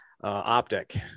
optic